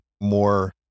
more